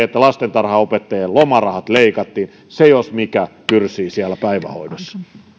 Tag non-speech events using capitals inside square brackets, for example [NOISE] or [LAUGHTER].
[UNINTELLIGIBLE] että lastentarhanopettajien lomarahat leikattiin se jos mikä kyrsii siellä päivähoidossa